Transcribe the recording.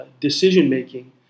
decision-making